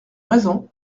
raisons